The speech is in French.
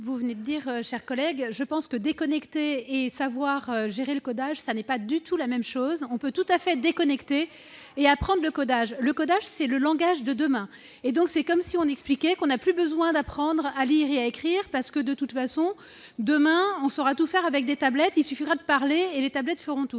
dire, cher collègue, être déconnecté et savoir gérer le codage, ce n'est pas du tout la même chose ! On peut tout à fait être déconnecté et apprendre le codage. Le codage, c'est le langage de demain. Autant nous expliquer qu'on n'a plus besoin d'apprendre à lire et à écrire parce que, de toute façon, demain, on saura tout faire avec des tablettes, qu'il suffira de parler et que les tablettes feront tout